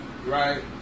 right